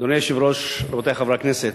אדוני היושב-ראש, רבותי חברי הכנסת,